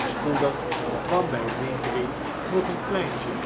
spoedig kwam bij die drie nog een kleintje